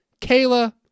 Kayla